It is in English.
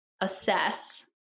assess